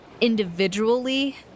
individually